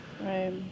Right